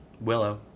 Willow